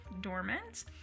dormant